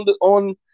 on